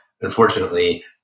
unfortunately